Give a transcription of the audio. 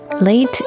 late